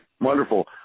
Wonderful